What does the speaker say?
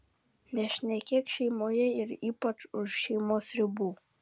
nešnekėk šeimoje ir ypač už šeimos ribų